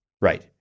right